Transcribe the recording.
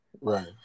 Right